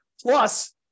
Plus